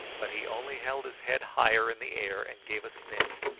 but he only held his head higher in the air and gave a sniff,